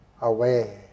away